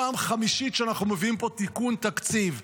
פעם חמישית שאנחנו מביאים פה תיקון תקציב,